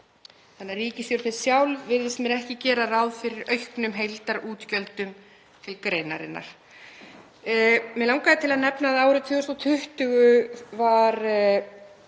fram. Ríkisstjórnin sjálf virðist því ekki gera ráð fyrir auknum heildarútgjöldum til greinarinnar. Mig langaði til að nefna að árið 2020 var